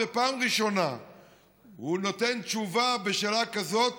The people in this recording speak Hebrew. ופעם ראשונה הוא נותן תשובה על שאלה כזאת